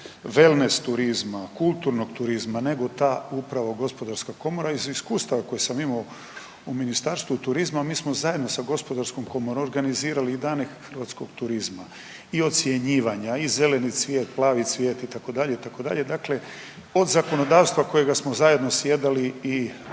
wellness turizma, kulturnog turizma nego ta upravo gospodarska komora. Iz iskustava koje sam imao u Ministarstvu turizma mi smo zajedno sa gospodarskom komorom organizirali i dane hrvatskog turizma i ocjenjivanja i Zeleni cvijet, Plavi cvijet itd., itd., dakle od zakonodavstva kojega smo zajedno sjedali i pripremali